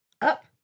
Up